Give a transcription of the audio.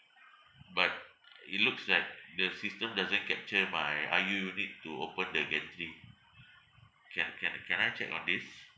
but it looks like the system doesn't capture my I_U unit to open the gantry can can can I check on this